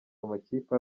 amakipe